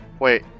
Wait